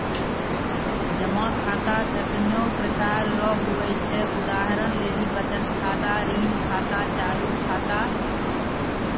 जमा खाता कतैने प्रकार रो हुवै छै उदाहरण लेली बचत खाता ऋण खाता चालू खाता